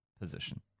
position